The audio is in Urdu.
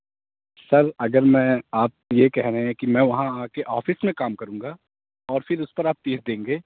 سر اگر میں آپ یہ کہ رہے ہیں کہ میں وہاں آ کے آفس میں کام کروں گا اور پھر اس پر آپ پی ایف دیں گے